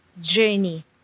journey